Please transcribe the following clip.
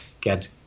get